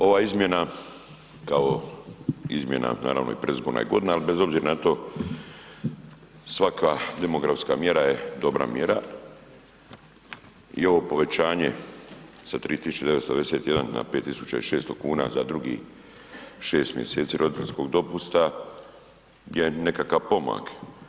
Ova izmjena kao izmjena, naravno i predizborna je godina, ali bez obzira na to svaka demografska mjera je dobra mjera i ovo povećanje sa 3.991 na 5.600 kuna za drugih 6 mjeseci roditeljskog dopusta je nekakav pomak.